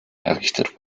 errichtet